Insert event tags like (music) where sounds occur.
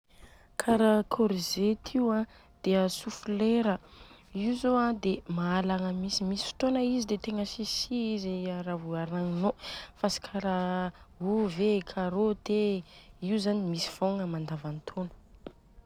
Kara kôrzety io a, dia a soflera, io zô an dia mahalagna misy. Misy fotôna izy dia tegna tsisy si izy ravô aragninô fa tsy kara, ovy e, karôty e, io zany misy fogna mandavantôna. (noise)